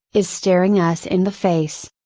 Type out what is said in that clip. is staring us in the face.